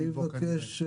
אני מבקש,